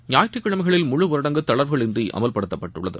ஞாயிற்றுக் கிழமைகளில் முழு ஊரடங்கு தளர்வுகள் இன்றி அமல்படுத்தப்பட்டுள்ளது